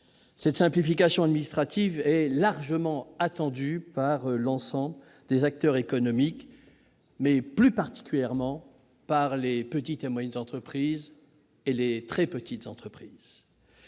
Cette simplification administrative est largement attendue par l'ensemble des acteurs économiques et, plus particulièrement, par les petites et moyennes entreprises et les très petites entreprises,